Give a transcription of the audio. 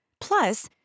Plus